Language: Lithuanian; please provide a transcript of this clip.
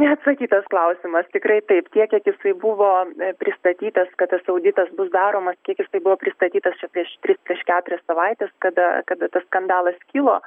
neatsakytas klausimas tikrai taip tiek kiek jisai buvo pristatytas kad tas auditas bus daromas kiek jisai buvo pristatytas čia prieš tris keturias savaites kada kada tas skandalas kilo